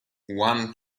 one